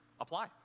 apply